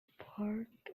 park